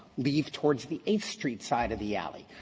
leave towards the eighth street side of the alley.